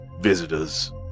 visitors